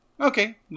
Okay